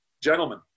gentlemen